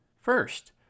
First